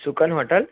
Shukan hotel